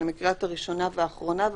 אני מקריאה את הראשונה ואת האחרונה.